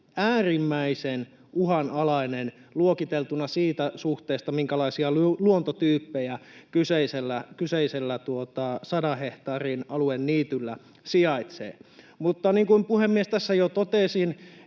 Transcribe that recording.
äärimmäisen, uhanalainen luokiteltuna siinä suhteessa, minkälaisia luontotyyppejä kyseisellä sadan hehtaarin alueen niityllä sijaitsee. Mutta niin kuin, puhemies, tässä jo totesin,